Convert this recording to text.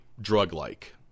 drug-like